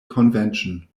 convention